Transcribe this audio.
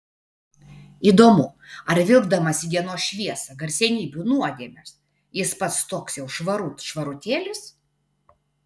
įdomu ar vilkdamas į dienos šviesą garsenybių nuodėmes jis pats toks jau švarut švarutėlis